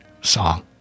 song